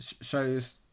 shows